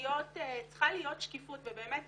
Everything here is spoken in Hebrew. צריכה להיות שקיפות ובאמת